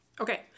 Okay